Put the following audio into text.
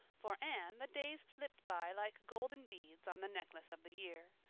for anne the days slipped by like golden beads on the necklace of the year.